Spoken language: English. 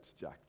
Jack